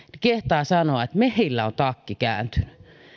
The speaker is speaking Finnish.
kehtaa sanoa että meillä on takki kääntynyt